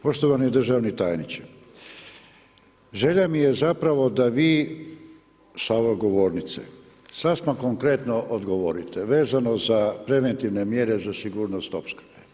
Poštovani državni tajniče, želja mi je zapravo da vi sa ove govornice, sasvim konkretno odgovorite vezano za preventivne mjere za sigurnost opskrbe.